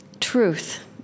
truth